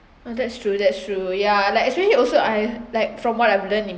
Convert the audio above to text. ah that's true that's true ya like especially also I like from what I've learned in